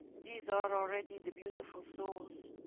these are already the beautiful souls